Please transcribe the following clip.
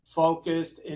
focused